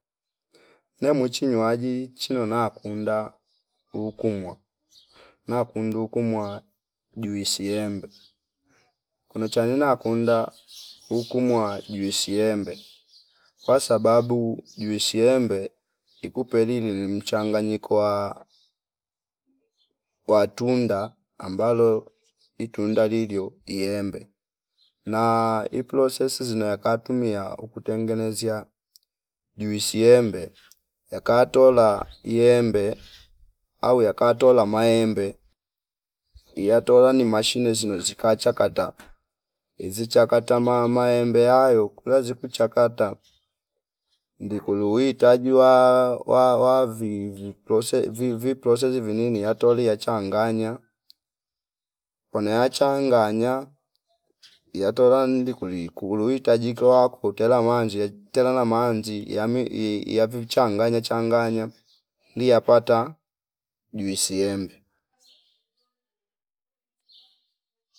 Ne mwichi nywaji chino na kunda ukumwa na kundu kumwa juisi embe kuno chanena kunda ukumwa juisi embe kwa sababu juisi embe ikupe lili limchanganyiko wa tunda amabalo itunda lilyo iembe na iplosesi zinayo yakatumia ukutengeziea juisi embe yakatola iembe au yakatola maembe yatola ni mashine zino zikachakata zichakata ma- maembe hayo kula zikuchakata ndikuli itajua wa- wavi vi- viplose vi- viplose vini niatolia changanya kone achanganya yatola ndikuli kuli- kuli itajika wakutela manzie tela na manzi yami ii- iyavi uchanganya changanya ni yapata juisi embe